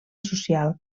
social